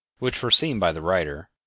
which were seen by the writer,